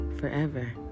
forever